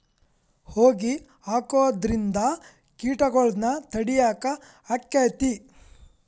ಹೊಗಿ ಹಾಕುದ್ರಿಂದ ಕೇಟಗೊಳ್ನ ತಡಿಯಾಕ ಆಕ್ಕೆತಿ?